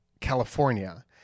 California